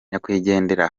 nyakwigendera